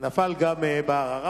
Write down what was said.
ונפל גם בערר.